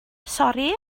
sori